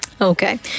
Okay